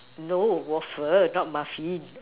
no waffle not muffin